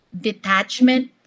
detachment